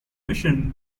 mission